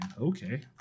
Okay